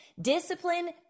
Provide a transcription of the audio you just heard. discipline